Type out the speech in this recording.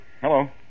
Hello